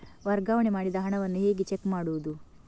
ವರ್ಗಾವಣೆ ಮಾಡಿದ ಹಣವನ್ನು ಹೇಗೆ ಚೆಕ್ ಮಾಡುವುದು?